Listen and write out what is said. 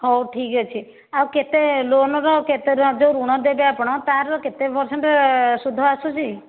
ହେଉ ଠିକ୍ଅଛି ଆଉ କେତେ ଲୋନ୍ର କେତେ ଯେଉଁ ଋଣ ଦେବେ ଆପଣ ତା'ର କେତେ ପରସେଣ୍ଟ ସୁଧ ଆସୁଛି